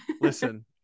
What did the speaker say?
listen